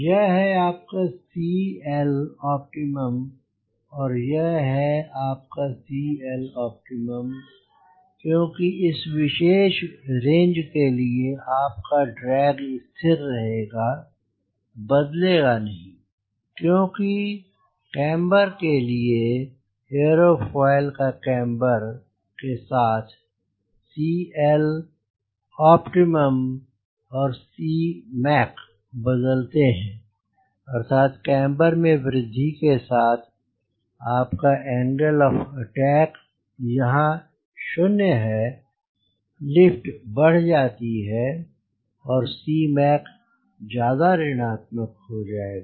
यह है आपका CLopt यह है आपका CLopt क्योंकि इस विशेष रेंज के लिए आपका ड्रैग स्थिर रहेगा बदलेगा नहीं क्योंकि केम्बर के लिये एयरोफॉयल का केम्बर के साथ CLopt और Cmac बदलते हैं अर्थात केम्बर में वृद्धि के साथ आपका एंगल ऑफ़ अटैक यहाँ 0 है लिफ्ट बढ़ जाती है और Cmac ज्यादा ऋणात्मक हो जाएगा